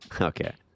Okay